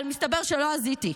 אבל מסתבר שלא הזיתי,